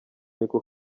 niko